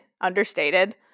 understated